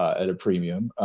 at a premium.